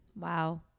Wow